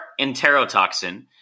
enterotoxin